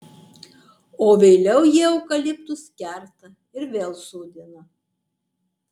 o vėliau jie eukaliptus kerta ir vėl sodina